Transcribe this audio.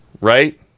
right